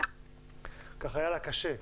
כך היה לה קשה,